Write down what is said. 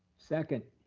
second.